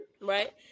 right